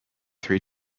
three